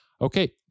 Okay